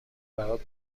برات